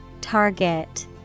Target